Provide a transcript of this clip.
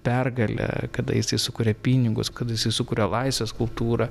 pergalė kada jisai sukuria pinigus kada jisai sukuria laisvės skulptūrą